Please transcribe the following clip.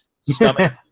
stomach